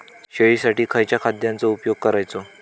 शेळीसाठी खयच्या खाद्यांचो उपयोग करायचो?